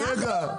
אנחנו?